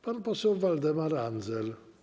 Pan poseł Waldemar Andzel.